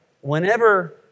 whenever